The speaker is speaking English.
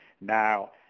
Now